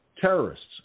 terrorists